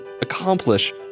accomplish